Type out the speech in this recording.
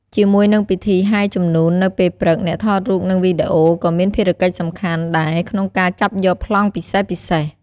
ជាមួយនឹងពិធីហែជំនូននៅពេលព្រឹក អ្នកថតរូបនិងវីដេអូក៏មានភារកិច្ចសំខាន់ដែរក្នុងការចាប់យកប្លង់ពិសេសៗ។